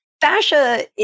fascia